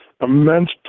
Immense